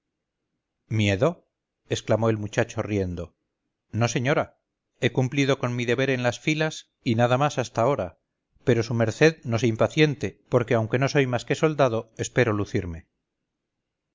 miedo exclamó el muchacho riendo no señora he cumplido con mi deber en las filas y nada más hasta ahora pero su merced no se impaciente porque aunque no soy más que soldado espero lucirme